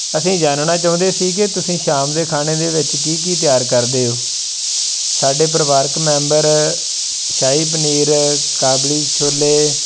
ਅਸੀਂ ਜਾਣਨਾ ਚਾਹੁੰਦੇ ਸੀ ਕਿ ਤੁਸੀਂ ਸ਼ਾਮ ਦੇ ਖਾਣੇ ਦੇ ਵਿੱਚ ਕੀ ਕੀ ਤਿਆਰ ਕਰਦੇ ਹੋ ਸਾਡੇ ਪਰਿਵਾਰਕ ਮੈਂਬਰ ਸ਼ਾਹੀ ਪਨੀਰ ਕਾਬੁਲੀ ਛੋਲੇ